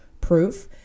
proof